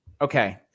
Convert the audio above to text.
Okay